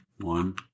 One